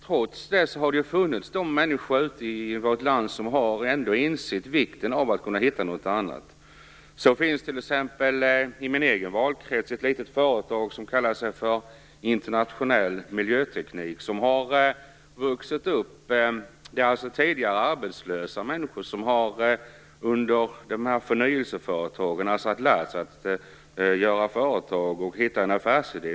Trots detta har människor i vårt land ändå insett vikten av att kunna hitta något alternativ. Det finns t.ex. i min egen valkrets ett företag som kallar sig Internationell miljöteknik. Det är alltså tidigare arbetslösa människor som har fått lära sig att starta nya företag och hitta en affärsidé.